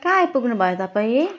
कहाँ आइपुग्नु भयो तपाईँ